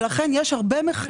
לכן יש הרבה מחקר על נזקים.